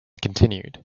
continued